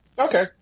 Okay